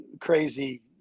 crazy